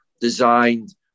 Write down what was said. designed